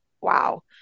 wow